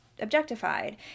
objectified